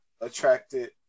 attracted